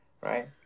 right